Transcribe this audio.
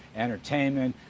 entertainment,